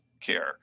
care